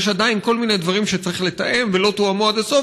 יש עדיין כל מיני דברים שצריך לתאם ולא תואמו עד הסוף,